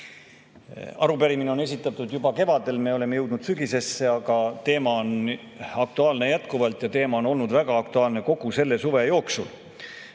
Arupärimine on esitatud juba kevadel, me oleme jõudnud sügisesse. Aga teema on jätkuvalt aktuaalne ja on olnud väga aktuaalne kogu selle suve jooksul